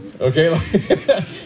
Okay